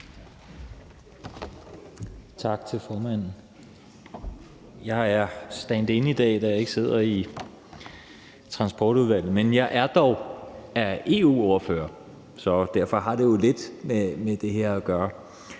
Tak til formanden. Jeg er standin i dag, da jeg ikke sidder i Transportudvalget, men jeg er dog EU-ordfører, så derfor har det jo lidt med det her at gøre.